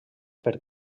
per